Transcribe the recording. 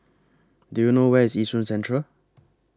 Do YOU know Where IS Yishun Central